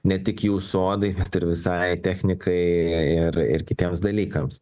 ne tik jūsų odai bet ir visai technikai ir ir kitiems dalykams